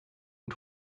and